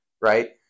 Right